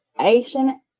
Asian